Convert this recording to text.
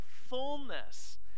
fullness